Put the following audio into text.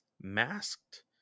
masked